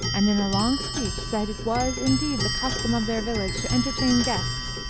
and in a long speech said it was, indeed, the custom of their village to entertain guests,